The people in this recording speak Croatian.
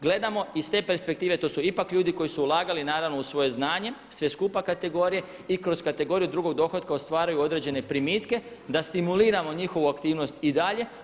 Gledamo iz te perspektive, to su ipak ljudi koji su ulagali naravno u svoje znanje, sve skupa kategorije i kroz kategoriju drugog dohotka ostvaruju određene primitke, da stimuliramo njihovu aktivnost i dalje.